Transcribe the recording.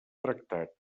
tractat